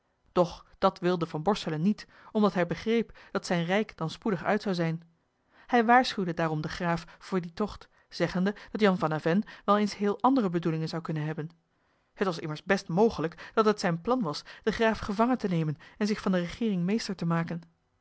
doch dat wilde van borselen niet omdat hij begreep dat zijn rijk dan spoedig uit zou zijn hij waarschuwde daarom den graaf voor dien tocht zeggende dat jan van avennes wel eens heel andere bedoelingen zou kunnen hebben het was immers best mogelijk dat het zijn plan was den graaf gevangen te nemen en zich van de regeering meester te maken